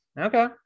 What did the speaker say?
Okay